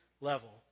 level